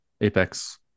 Apex